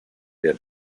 der